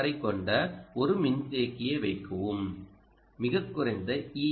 ஆரைக் கொண்ட ஒரு மின்தேக்கியை வைக்கவும் மிகக் குறைந்த ஈ